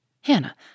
Hannah